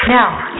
Now